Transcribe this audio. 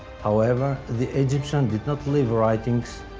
however, the egyptians did not leave writings,